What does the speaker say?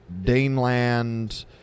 Daneland